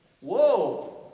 Whoa